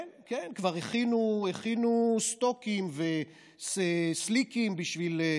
כן, כן, כבר הכינו סטוקים, וסליקים בשביל,